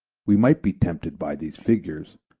we might be tempted by these figures,